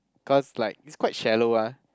cause like it's quite shallow ah